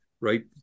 right